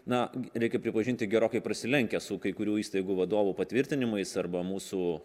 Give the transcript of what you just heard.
na reikia pripažinti gerokai prasilenkia su kai kurių įstaigų vadovų patvirtinimais arba mūsų